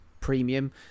premium